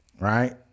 Right